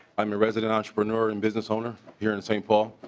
um ah resident entrepreneur and business owner here in st. paul.